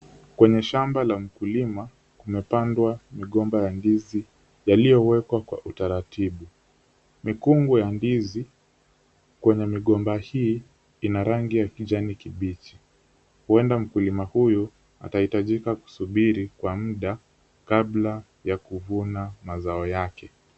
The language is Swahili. Kwenye shamba ya mkulima, kumepandwa mgomba wa ndizi, yaliyowekwa kwa utaratibu. Mikungu ya ndizi kwenye migomba hii ina rangi ya kijani kibichi. Huenda mkulima huyu atahitajika kusubiri kwa muda kabla ya kuvuna mazao yake.